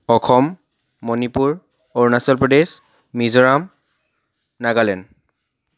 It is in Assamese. অসম মণিপুৰ অৰুণাচল প্ৰদেশ মিজোৰাম নাগালেণ্ড